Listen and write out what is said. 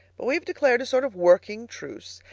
but we have declared a sort of working truce.